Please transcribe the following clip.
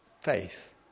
faith